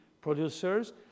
producers